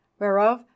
whereof